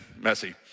messy